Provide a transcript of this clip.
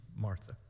Martha